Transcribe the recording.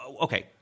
Okay